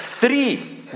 three